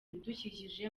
ibidukikije